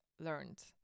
learned